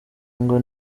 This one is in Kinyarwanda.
ngo